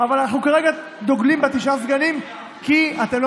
אבל אנחנו כרגע דוגלים בתשעה סגנים כי אתם לא